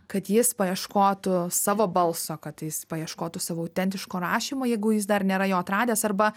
kad jis paieškotų savo balso kad jis paieškotų savo autentiško rašymo jeigu jis dar nėra jo atradęs arba